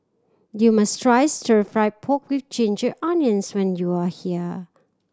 you must try Stir Fried Pork With Ginger Onions when you are here